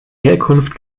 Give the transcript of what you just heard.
herkunft